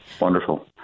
Wonderful